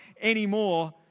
anymore